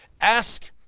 Ask